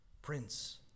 Prince